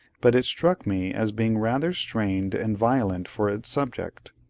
but it struck me as being rather strained and violent for its subject.